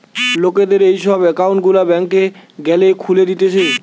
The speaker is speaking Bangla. লোকদের এই সব একউন্ট গুলা ব্যাংকে গ্যালে খুলে দিতেছে